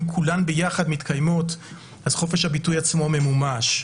כולן ביחד מתקיימות אז חופש הביטוי עצמו ממומש.